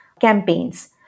campaigns